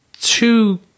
Two